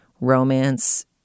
romance